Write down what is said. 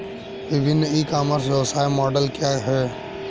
विभिन्न e commerce व्यवसाय model क्या हैं?